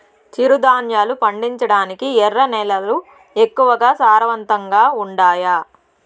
చిరుధాన్యాలు పండించటానికి ఎర్ర నేలలు ఎక్కువగా సారవంతంగా ఉండాయా